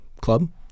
club